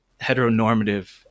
heteronormative